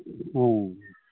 অঁ